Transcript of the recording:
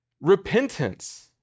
Repentance